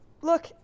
Look